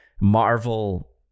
Marvel